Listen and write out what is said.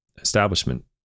establishment